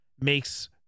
makes